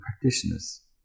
practitioners